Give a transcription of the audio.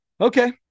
Okay